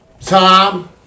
Tom